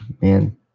man